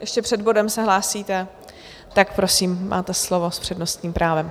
Ještě před bodem se hlásíte, tak prosím, máte slovo s přednostním právem.